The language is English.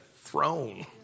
throne